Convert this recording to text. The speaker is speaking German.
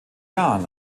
jahren